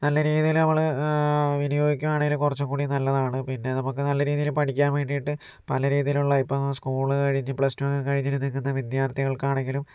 നല്ല രീതിയിൽ നമ്മൾ വിനിയോഗിക്കണെങ്കിൽ കുറച്കൂടി നല്ലതാണ് പിന്നെ നമുക്ക് നല്ല രീതിയിൽ പഠിക്കാൻ വേണ്ടിയിട്ട് പല രീതിയിലുള്ള ഇപ്പം സ്കൂൾ കഴിഞ്ഞു പ്ലസ്ടു ഓക്കേ കഴിഞ്ഞു നിൽക്കുന്ന വിദ്യാർത്ഥികൾക്ക് ആണെങ്കിലും